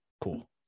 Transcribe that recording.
cool